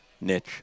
Niche